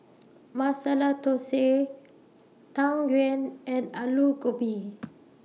Masala Thosai Tang Yuen and Aloo Gobi